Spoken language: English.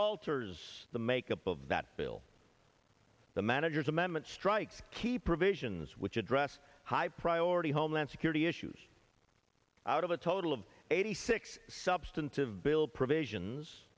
alters the makeup of that bill the manager's amendment strikes key provisions which address high priority homeland security issues out of a total of eighty six substantive bill provisions